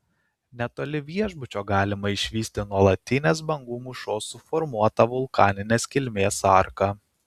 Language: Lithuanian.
netoli viešbučio galima išvysti nuolatinės bangų mūšos suformuotą vulkaninės kilmės arką